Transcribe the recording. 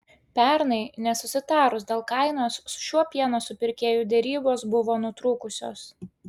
pernai nesusitarus dėl kainos su šiuo pieno supirkėju derybos buvo nutrūkusios